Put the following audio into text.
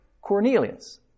Cornelius